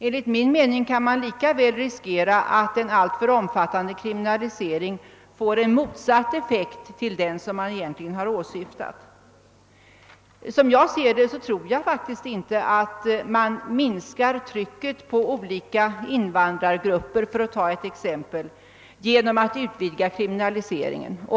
Enligt min mening kan man lika väl riskera att en alltför omfattande kriminalisering får en effekt motsatt den man egentligen åsyftar. Som jag ser det minskar man inte trycket på olika invandrargrupper, för att ta ett exempel, genom att utvidga kriminaliseringen.